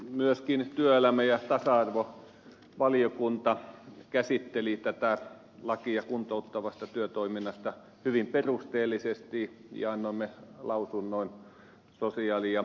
myöskin työelämä ja tasa arvovaliokunta käsitteli tätä lakia kuntouttavasta työtoiminnasta hyvin perusteellisesti ja annoimme lausunnon sosiaali ja terveysvaliokunnalle